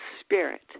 spirit